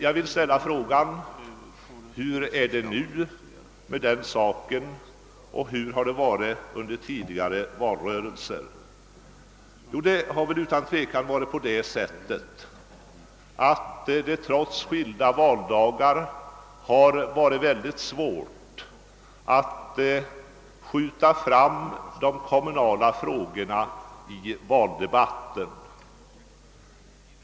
Jag vill då ställa frågan: Hur är det nu med den saken, och hur har det varit under tidigare valrörelser? Jo, det har trots skilda valdagar varit mycket svårt att skjuta fram de kommunala frågorna i valdebatten.